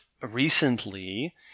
recently